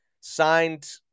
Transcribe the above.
signed